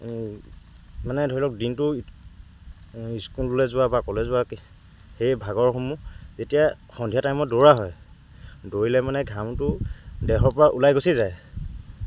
মানে ধৰি লওক দিনটো স্কুললৈ যোৱা বা কলেজ যোৱা সেই ভাগৰসমূহ যেতিয়া সন্ধিয়া টাইমত দৌৰা হয় দৌৰিলে মানে ঘামটো দেহৰ পৰা ওলাই গুচি যায়